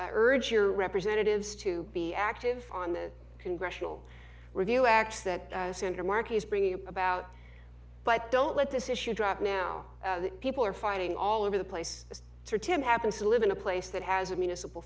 urge your representatives to be active on the congressional review acts that senator markey is bringing about but don't let this issue drop now people are finding all over the place tim happens to live in a place that has a municipal